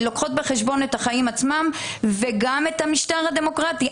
חוק ומשפט לוקחות בחשבון את החיים עצמם וגם את המשטר הדמוקרטי.